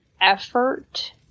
effort